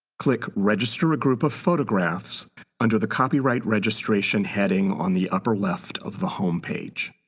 click register a group of photographs under the copyright registration heading on the upper left of the home page.